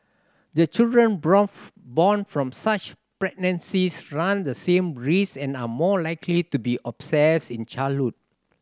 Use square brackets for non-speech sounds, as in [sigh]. the children [unintelligible] born from such pregnancies run the same risk and are more likely to be [unintelligible] in childhood